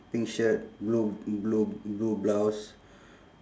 pink shirt blue blue blue blouse